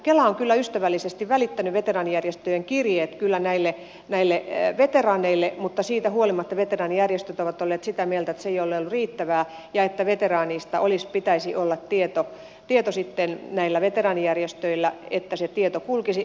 kela on kyllä ystävällisesti välittänyt veteraanijärjestöjen kirjeet näille veteraaneille mutta siitä huolimatta veteraanijärjestöt ovat olleet sitä mieltä että se ei ole ollut riittävää ja että veteraaneista pitäisi olla tieto näillä veteraanijärjestöillä ja myöskin kunnilla että se tieto kulkisi